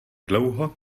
dlouho